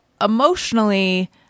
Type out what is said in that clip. emotionally